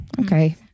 okay